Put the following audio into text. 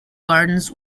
gardens